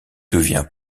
devient